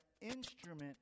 instrument